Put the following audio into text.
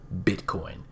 Bitcoin